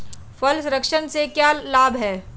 फल संरक्षण से क्या लाभ है?